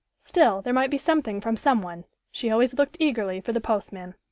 still, there might be something from someone she always looked eagerly for the postman.